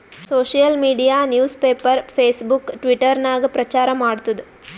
social media news paper, Facebook, Twitter ನಾಗ್ ಪ್ರಚಾರ್ ಮಾಡ್ತುದ್